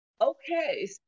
Okay